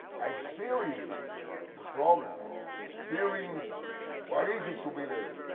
i experienced the problem. i experienced what is it to be there?